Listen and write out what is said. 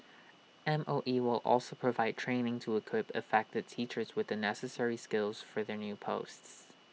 M O E will also provide training to equip affected teachers with the necessary skills for their new posts